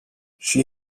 she